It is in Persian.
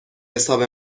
حساب